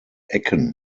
ecken